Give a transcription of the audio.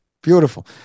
Beautiful